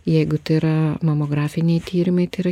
jeigu tai yra mamografiniai tyrimai tai yra